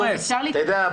אתה יודע,